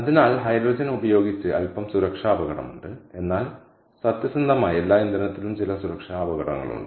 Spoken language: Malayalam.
അതിനാൽ ഹൈഡ്രജൻ ഉപയോഗിച്ച് അൽപ്പം സുരക്ഷാ അപകടമുണ്ട് എന്നാൽ സത്യസന്ധമായി എല്ലാ ഇന്ധനത്തിനും ചില സുരക്ഷാ അപകടങ്ങളുണ്ട്